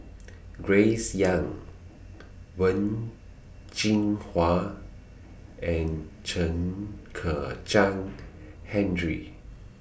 Grace Young Wen Jinhua and Chen Kezhan Henri